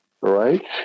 Right